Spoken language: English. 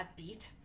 upbeat